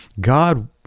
God